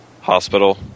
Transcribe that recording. hospital